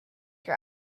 your